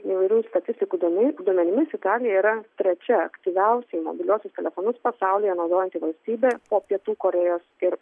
įvairių statistikų duomenimis duomenimis italija yra trečia aktyviausiai mobiliuosius telefonus pasaulyje naudojanti valstybė po pietų korėjos ir